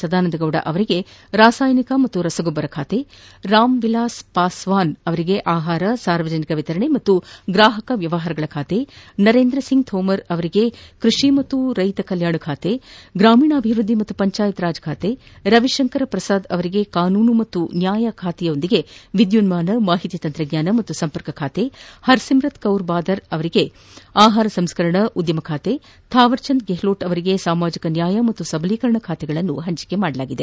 ಸದಾನಂದ ಗೌಡ ಅವರಿಗೆ ರಾಸಾಯನಿಕ ಮತ್ತು ರಸಗೊಬ್ಬರ ಖಾತೆ ರಾಮ್ ವಿಲಾಸ್ ಪಾಸ್ವಾನ್ ಅವರಿಗೆ ಆಹಾರ ಸಾರ್ವಜನಿಕ ವಿತರಣೆ ಮತ್ತು ಗ್ರಾಹಕ ವ್ಯವಹಾರಗಳ ಖಾತೆ ನರೇಂದ್ರ ಸಿಂಗ್ ಥೋಮರ್ ಅವರಿಗೆ ಕೃಷಿ ಮತ್ತು ರೈತರ ಕಲ್ಯಾಣ ಖಾತೆ ಗ್ರಾಮೀಣಾಭಿವೃದ್ದಿ ಮತ್ತು ಪಂಚಾಯತ್ ರಾಜ್ ಖಾತೆ ರವಿಶಂಕರ ಪ್ರಸಾದ್ ಅವರಿಗೆ ಕಾನೂನು ಮತ್ತು ನ್ಯಾಯ ಖಾತೆಯ ಜೊತೆಗೆ ವಿದ್ಯುನ್ಮಾನ ಮಾಹಿತಿ ತಂತ್ರಜ್ಞಾನ ಮತ್ತು ಸಂಪರ್ಕ ಖಾತೆ ಹರ್ ಸಿಮ್ರುತ್ ಕೌರ್ ಬಾದಲ್ ಅವರಿಗೆ ಆಹಾರ ಸಂಸ್ಕ ರಣಾ ಉದ್ಯಮ ಖಾತೆ ಥಾವರ್ ಚಂದ್ ಗೆಹ್ಲೋಟ್ ಅವರಿಗೆ ಸಾಮಾಜಿಕ ನ್ಯಾಯ ಮತ್ತು ಸಬಲೀಕರಣ ಖಾತೆ ನೀಡಲಾಗಿದೆ